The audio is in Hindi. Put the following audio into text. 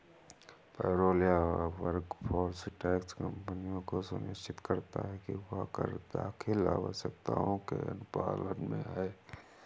पेरोल या वर्कफोर्स टैक्स कंपनियों को सुनिश्चित करता है कि वह कर दाखिल आवश्यकताओं के अनुपालन में है